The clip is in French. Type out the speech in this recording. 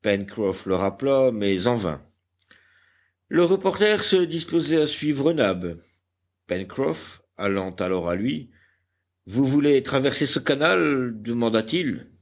le rappela mais en vain le reporter se disposait à suivre nab pencroff allant alors à lui vous voulez traverser ce canal demanda-t-il